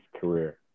career